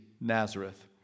Nazareth